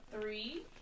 three